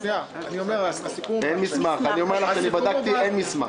אני אומר לך שאני בדקתי אין מסמך.